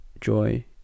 Joy